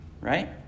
right